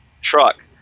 truck